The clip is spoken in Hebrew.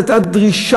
זו הייתה דרישה,